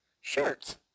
shirts